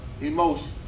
emotion